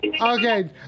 okay